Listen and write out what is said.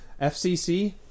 fcc